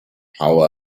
how